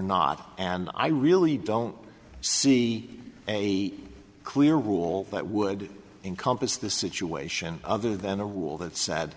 not and i really don't see a clear rule that would encompass the situation other than a rule that sad